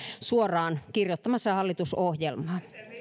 suoraan kirjoittamassa hallitusohjelmaa